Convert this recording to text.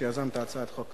שיזם את הצעת החוק.